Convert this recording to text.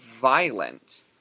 violent